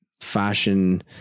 fashion